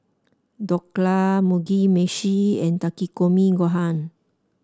Dhokla Mugi Meshi and Takikomi Gohan